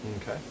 Okay